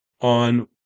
On